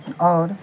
اور